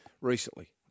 recently